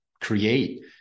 create